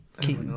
Key